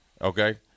okay